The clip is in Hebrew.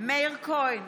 מאיר כהן,